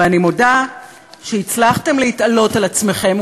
ואני מודה שהצלחתם להתעלות על עצמכם,